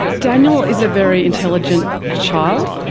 daniel is a very intelligent child.